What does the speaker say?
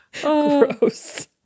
Gross